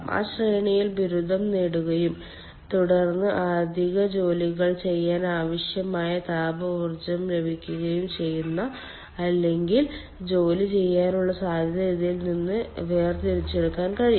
ആ ശ്രേണിയിൽ ബിരുദം നേടുകയും തുടർന്ന് അധിക ജോലികൾ ചെയ്യാൻ ആവശ്യമായ താപ ഊർജ്ജം ലഭിക്കുകയും ചെയ്യുന്നു അല്ലെങ്കിൽ ജോലി ചെയ്യാനുള്ള സാധ്യത ഇതിൽ നിന്ന് വേർതിരിച്ചെടുക്കാൻ കഴിയും